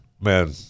man